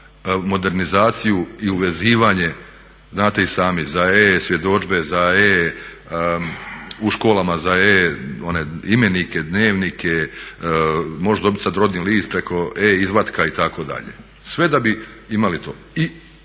modernizaciju i uvezivanje. Znate i sami za e-svjedodžbe, za e-, u školama za e-imenike, e-dnevnike, možeš sada dobiti rodni list preko e-izvatka itd., sve da bi imali to.